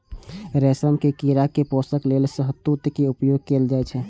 रेशम के कीड़ा के पोषण लेल शहतूत के उपयोग कैल जाइ छै